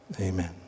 amen